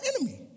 enemy